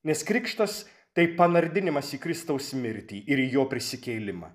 nes krikštas tai panardinimas į kristaus mirtį ir į jo prisikėlimą